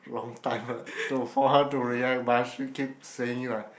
long time ah so for how to react but she keep saying ah